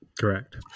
Correct